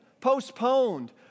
postponed